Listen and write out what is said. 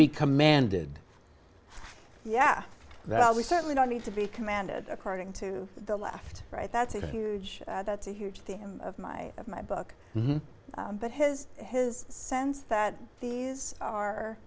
be commanded yeah well we certainly don't need to be commanded according to the left right that's a huge that's a huge the end of my of my book but his his sense that these are